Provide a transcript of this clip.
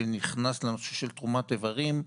שנכנס לנושא של תרומת איברים.